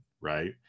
Right